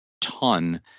ton